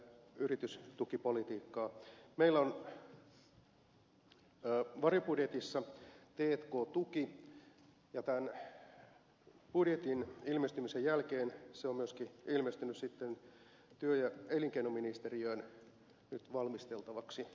meillä on varjobudjetissa t k tuki ja tämän budjetin ilmestymisen jälkeen se on ilmestynyt myöskin työ ja elinkeinoministeriön nyt valmisteltavaksi hankkeeksi